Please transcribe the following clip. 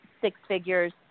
six-figures